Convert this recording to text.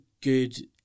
good